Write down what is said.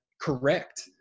correct